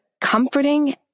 comforting